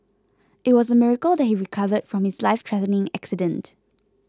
it was a miracle that he recovered from his lifethreatening accident